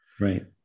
right